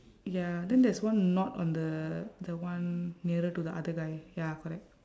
ya then there's one knot on the the one nearer to the other guy ya correct